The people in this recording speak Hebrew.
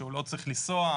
שהוא לא צריך לנסוע,